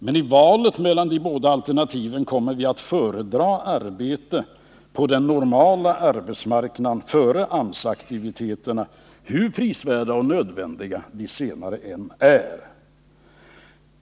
Men i valet mellan de båda alternativen kommer vi att föredra arbete på den normala arbetsmarknaden framför AMS-aktiviteterna, hur prisvärda och nödvändiga de senare än är.